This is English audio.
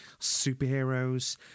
superheroes